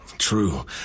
true